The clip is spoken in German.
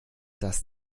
dass